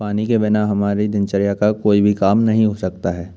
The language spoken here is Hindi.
पानी के बिना हमारी दिनचर्या का कोई भी काम नहीं हो सकता है